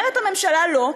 אומרת הממשלה לא,